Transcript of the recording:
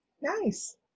nice